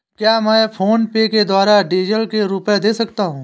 क्या मैं फोनपे के द्वारा डीज़ल के रुपए दे सकता हूं?